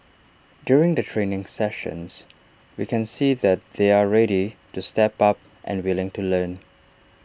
during the training sessions we can see that they're ready to step up and willing to learn